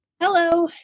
Hello